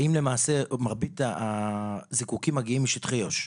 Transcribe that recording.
האם למעשה מרבית הזיקוקין מגיעים משטחי יו"ש?